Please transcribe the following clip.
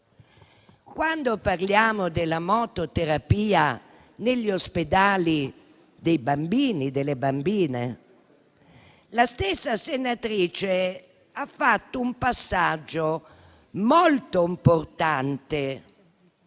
Quando parliamo della mototerapia negli ospedali dei bambini e delle bambine, la stessa senatrice ha fatto un passaggio molto importante: